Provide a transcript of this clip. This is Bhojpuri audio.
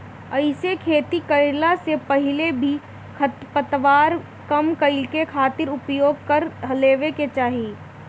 एहिसे खेती कईला से पहिले ही खरपतवार कम करे खातिर उपाय कर लेवे के चाही